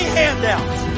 handouts